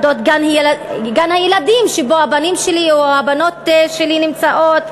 על גן-הילדים שבו הבנים שלי או הבנות שלי נמצאות,